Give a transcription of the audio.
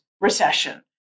recession